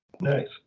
nice